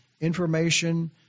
information